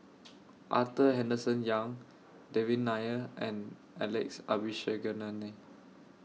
Arthur Henderson Young Devan Nair and Alex Abisheganaden